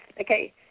Okay